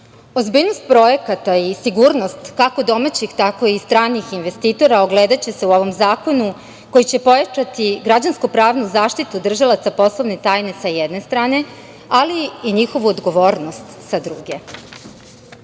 projekata i sigurnost kako domaćih tako i stranih investitora ogledaće se u ovom zakonu koji će pojačati građansko-pravnu zaštitu držilaca poslovne tajne, sa jedne strane, ali i njihovu odgovornost, sa druge.U